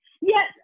yes